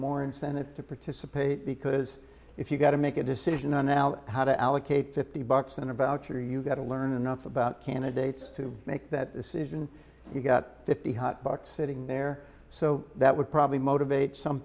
more incentive to participate because if you got to make a decision on now how to allocate fifty bucks in a voucher you've got to learn enough about candidates to make that decision you've got fifty hotbox sitting there so that would probably motivate some